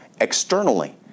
externally